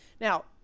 Now